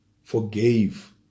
forgave